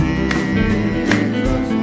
Jesus